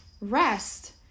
rest